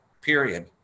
period